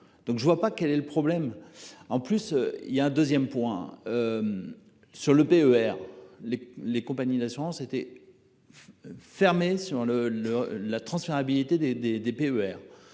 donc je ne vois pas quel est le problème. En plus il y a un 2ème point. Sur l'EPER. Les, les compagnies d'assurances étaient. Fermés sur le le la transférabilité des des